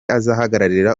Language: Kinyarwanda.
azahagararira